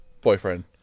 boyfriend